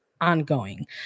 ongoing